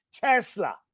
Tesla